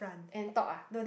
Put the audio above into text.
Ann talk ah